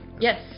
yes